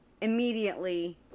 immediately